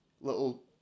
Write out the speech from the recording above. little